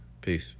Peace